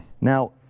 Now